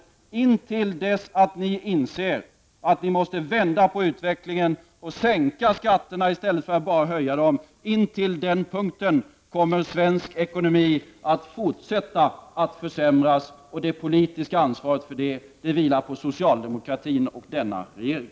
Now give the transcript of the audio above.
Detta blir fallet intill dess att socialdemokraterna inser att de måste vända på utvecklingen och sänka skatterna i stället för att bara höja dem. Innan vi har nått den punkten kommer svensk ekonomi att fortsätta att försämras, och det politiska ansvaret för detta vilar på socialdemokratin och på denna regering.